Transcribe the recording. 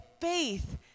faith